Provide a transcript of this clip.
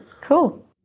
Cool